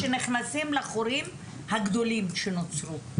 כאשר נכנסים לחורים הגדולים שנוצרו,